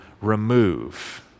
remove